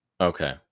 Okay